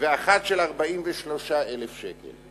ואחת של 43,000 שקל.